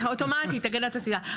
אוטומטית הגנת הסביבה.